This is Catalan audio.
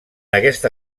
aquesta